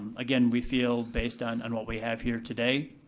again, we feel based on on what we have here today